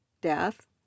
death